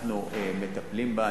אנחנו מטפלים בה.